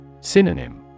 Synonym